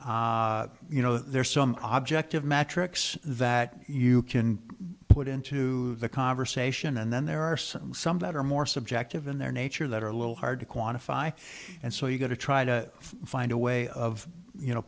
you know there are some object of metrics that you can put into the conversation and then there are some some that are more subjective in their nature that are a little hard to quantify and so you go to try to find a way of you know